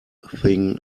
thing